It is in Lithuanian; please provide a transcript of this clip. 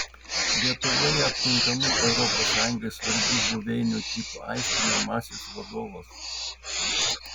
lietuvoje aptinkamų europos sąjungai svarbių buveinių tipų aiškinamasis vadovas